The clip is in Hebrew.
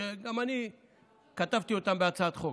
שגם אני כתבתי אותם בהצעת חוק.